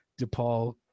DePaul